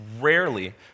rarely